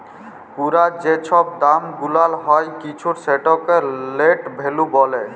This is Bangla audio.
পুরা যে ছব দাম গুলাল হ্যয় কিছুর সেটকে লেট ভ্যালু ব্যলে